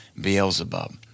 Beelzebub